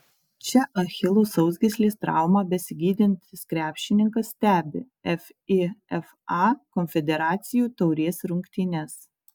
čia achilo sausgyslės traumą besigydantis krepšininkas stebi fifa konfederacijų taurės rungtynes